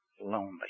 lonely